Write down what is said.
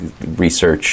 research